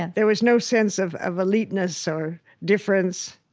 and there was no sense of of eliteness or difference,